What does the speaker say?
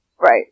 Right